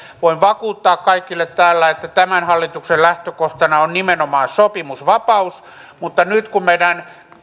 voin vakuuttaa kaikille täällä että tämän hallituksen lähtökohtana on nimenomaan sopimusvapaus mutta nyt kun meidän